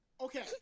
Okay